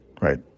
right